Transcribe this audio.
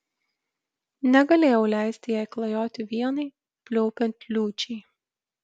negalėjau leisti jai klajoti vienai pliaupiant liūčiai